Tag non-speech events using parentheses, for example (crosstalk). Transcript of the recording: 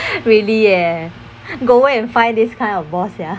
(noise) really eh go where and find this kind of boss ya (noise)